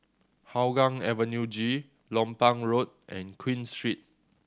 Hougang Avenue G Lompang Road and Queen Street